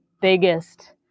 biggest